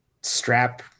strap